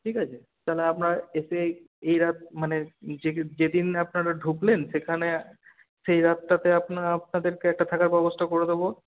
ঠিক আছে তাহলে আপনার এসে এই রাত মানে যে যেদিন আপনারা ঢুকবেন সেখানে সেই রাতটাতে আপনা আপনাদেরকে একটা থাকার ব্যবস্থা করে দেব